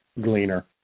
Gleaner